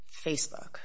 Facebook